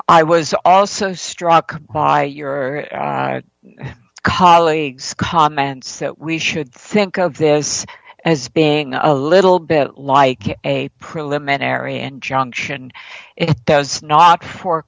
i was also struck by your colleagues comments that we should think of this as being a little bit like a preliminary injunction it does not for